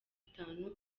itanu